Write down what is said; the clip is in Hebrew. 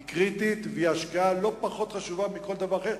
היא קריטית והיא השקעה לא פחות חשובה מכל דבר אחר,